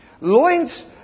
Loins